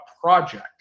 project